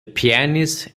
pianist